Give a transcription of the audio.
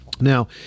Now